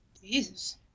Jesus